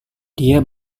dia